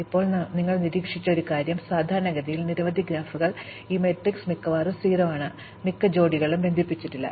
ഇപ്പോൾ ഞങ്ങൾ നിരീക്ഷിച്ച ഒരു കാര്യം സാധാരണഗതിയിൽ നിരവധി ഗ്രാഫുകൾ ഈ മാട്രിക്സ് മിക്കവാറും 0 ആണ് മിക്ക ജോഡികളും ബന്ധിപ്പിച്ചിട്ടില്ല